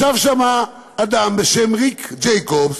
ישב שם אדם בשם ריק ג'ייקובס,